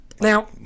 Now